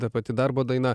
ta pati darbo daina